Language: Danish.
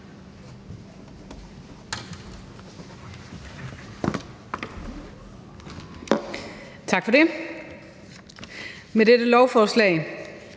Tak for det. Med det her lovforslag